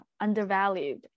undervalued